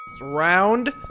Round